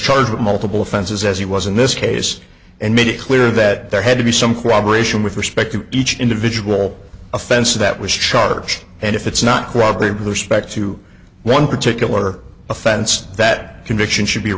charged with multiple offenses as he was in this case and made it clear that there had to be some corroboration with respect to each individual offense that was charged and if it's not cooperate with respect to one particular offense that conviction should be